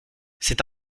c’est